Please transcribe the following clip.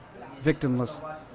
victimless